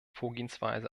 vorgehensweise